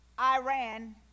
Iran